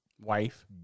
wife